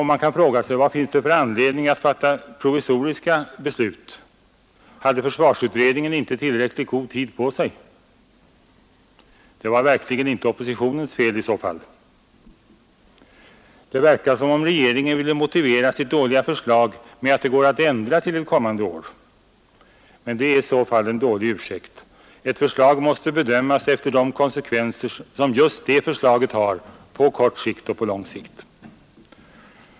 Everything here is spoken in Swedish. Man kan fråga sig vad det finns för anledning att fatta provisoriska beslut. Hade försvarsutredningen inte tillräckligt god tid på sig? Det var verkligen inte oppositionens fel i så fall. Det verkar som om regeringen ville motivera sitt dåliga förslag med att det går att ändra till ett kommande år. Det är i så fall en dålig ursäkt. Ett förslag måste bedömas efter de konsekvenser som just det förslaget har på kort och på lång sikt.